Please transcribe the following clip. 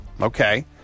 okay